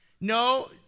No